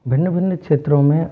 भिन्न भिन्न क्षेत्रों में